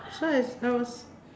so as I was